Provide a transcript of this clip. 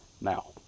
now